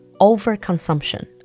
overconsumption